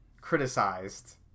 criticized